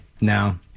No